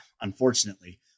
unfortunately